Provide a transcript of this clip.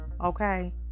Okay